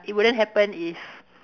it wouldn't happen if